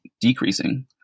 decreasing